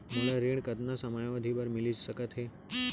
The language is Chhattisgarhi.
मोला ऋण कतना समयावधि भर मिलिस सकत हे?